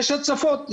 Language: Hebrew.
יש הצפות.